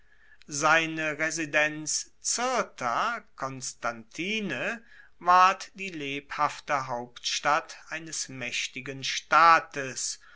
seine residenz cirta constantine ward die lebhafte hauptstadt eines maechtigen staates